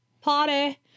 Party